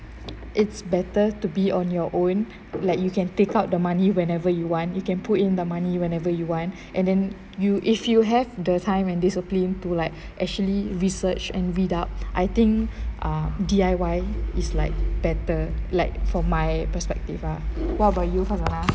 it's better to be on your own like you can take out the money whenever you want you can put in the money whenever you want and then you if you have the time and discipline to like actually research and read up I think uh D_I_Y is like better like from my perspective ah what about you